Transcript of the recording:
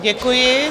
Děkuji.